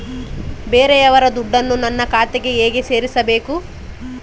ಬೇರೆಯವರ ದುಡ್ಡನ್ನು ನನ್ನ ಖಾತೆಗೆ ಹೇಗೆ ಸೇರಿಸಬೇಕು?